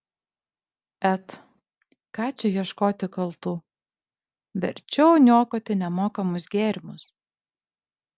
et ką čia ieškoti kaltų verčiau niokoti nemokamus gėrimus